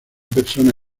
persona